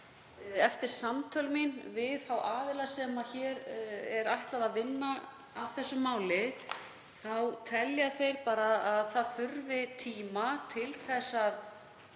Eftir samtöl mín við þá aðila sem hér er ætlað að vinna að þessu máli kom í ljós að þeir telja að það þurfi tíma til að